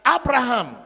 Abraham